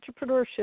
Entrepreneurship